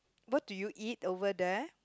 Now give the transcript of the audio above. what would do eat over there